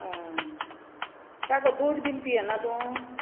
आं राव गो दूद बीन पियेना तूं